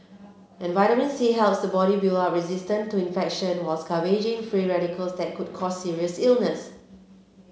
and vitamin C helps the body build up resistance to infection while scavenging free radicals that could cause serious illness